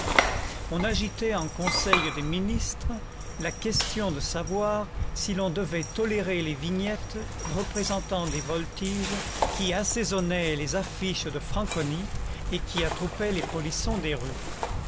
on agitait en conseil des ministres la question de savoir si l'on devait tolérer les vignettes représentant des voltiges qui assaisonnaient les affiches de franconi et qui attroupaient les polissons des rues